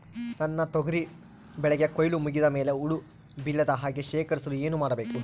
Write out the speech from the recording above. ನನ್ನ ತೊಗರಿ ಬೆಳೆಗೆ ಕೊಯ್ಲು ಮುಗಿದ ಮೇಲೆ ಹುಳು ಬೇಳದ ಹಾಗೆ ಶೇಖರಿಸಲು ಏನು ಮಾಡಬೇಕು?